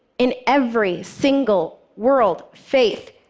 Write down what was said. in every single world faith,